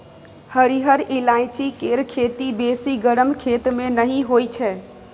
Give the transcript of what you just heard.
हरिहर ईलाइची केर खेती बेसी गरम खेत मे नहि होइ छै